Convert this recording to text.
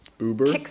Uber